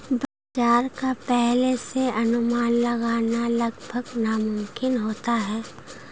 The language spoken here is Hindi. बाजार का पहले से अनुमान लगाना लगभग नामुमकिन होता है